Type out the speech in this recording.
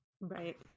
Right